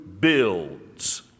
builds